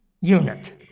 unit